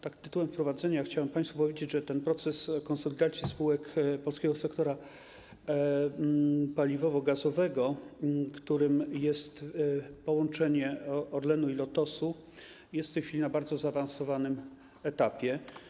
Tytułem wprowadzenia chciałem państwu powiedzieć, że proces konsolidacji spółek polskiego sektora paliwowo-gazowego, który obejmuje połączenie Orlenu i Lotosu, jest w tej chwili na bardzo zaawansowanym etapie.